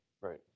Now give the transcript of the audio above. Right